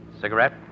Cigarette